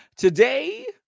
Today